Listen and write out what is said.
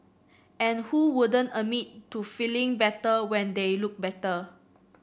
and who wouldn't admit to feeling better when they look better